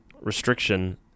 restriction